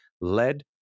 led